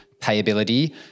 payability